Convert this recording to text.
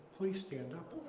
please stand up.